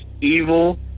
evil